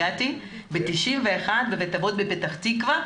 הגעתי ב-1991 ועבדתי בבית אבות בפתח תקווה.